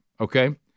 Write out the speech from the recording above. Okay